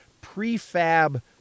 prefab